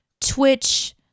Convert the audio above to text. twitch